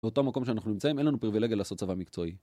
באותו מקום שאנחנו נמצאים, אין לנו פרווילגיה לעשות צבא מקצועי.